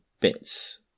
bits